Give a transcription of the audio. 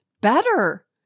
better